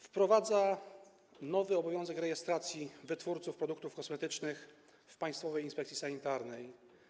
Wprowadza się nowy obowiązek rejestracji wytwórców produktów kosmetycznych w Państwowej Inspekcji Sanitarnej.